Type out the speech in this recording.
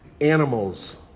animals